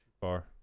far